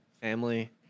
family